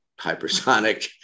hypersonic